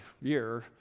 year